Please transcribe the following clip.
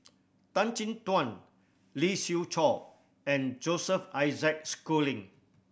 Tan Chin Tuan Lee Siew Choh and Joseph Isaac Schooling